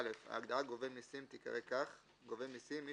(א)ההגדרה "גובה מסים" תיקרא כך ""גובה מסים" מי